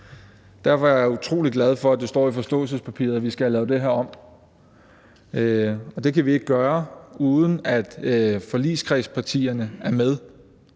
Derfor er jeg utrolig glad for, at det står i forståelsespapiret, at vi skal have lavet det her om, og det kan vi ikke gøre, uden at forligskredspartierne er med.